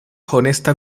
honesta